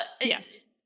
yes